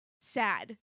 sad